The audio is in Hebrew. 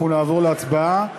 אנחנו נעבור להצבעה.